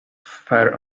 fair